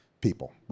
people